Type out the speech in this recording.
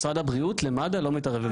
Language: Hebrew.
משרד הבריאות למד"א לא מתערב במינוי עובדים.